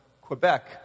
Quebec